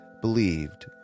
believed